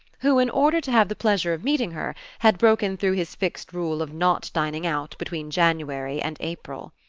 who, in order to have the pleasure of meeting her, had broken through his fixed rule of not dining out between january and april.